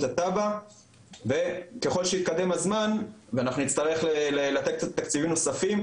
את התב"ע וככול שיתקדם הזמן ואנחנו נצטרך לתת תקציבים נוספים,